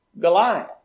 Goliath